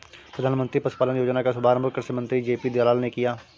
प्रधानमंत्री पशुपालन योजना का शुभारंभ कृषि मंत्री जे.पी दलाल ने किया